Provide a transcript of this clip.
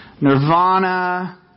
Nirvana